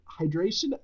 Hydration